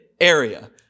area